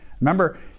Remember